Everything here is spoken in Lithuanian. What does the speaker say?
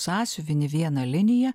sąsiuviny vieną liniją